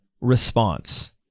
response